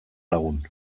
lagun